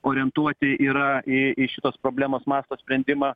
orientuoti yra į į šitos problemos masto sprendimą